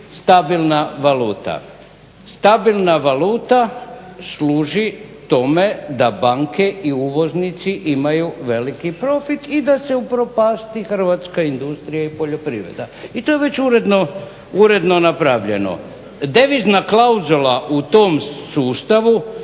stabilna valuta? Stabilna valuta službi tome da banke i uvoznici imaju veliki profit i da se upropasti hrvatska industrija i poljoprivreda. I to je već uredno napravljeno. Devizna klauzula u tom sustavu